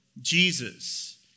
Jesus